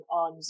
on